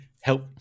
help